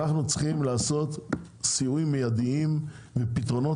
אנחנו צריכים לעשות סיועים מיידים ופתרונות